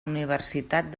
universitat